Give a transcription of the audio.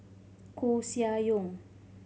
Koeh Sia Yong